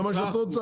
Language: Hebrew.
זה מה שאת רוצה?